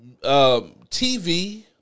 TV